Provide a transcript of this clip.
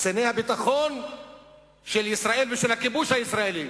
קציני הביטחון של ישראל ושל הכיבוש הישראלי.